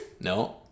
no